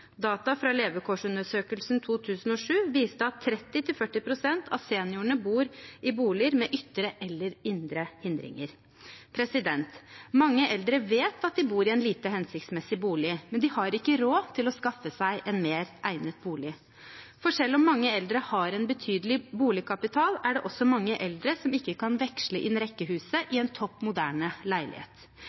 Data fra Levekårsundersøkelsen 2007 viste at 30–40 prosent av seniorene bor i boliger med ytre eller indre hindringer.» Mange eldre vet at de bor i en lite hensiktsmessig bolig, men de har ikke råd til å skaffe seg en mer egnet bolig. For selv om mange eldre har en betydelig boligkapital, er det også mange eldre som ikke kan veksle inn rekkehuset i en topp moderne leilighet.